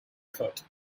effort